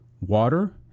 water